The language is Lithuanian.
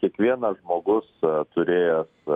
kiekvienas žmogus turėjęs